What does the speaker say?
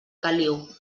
caliu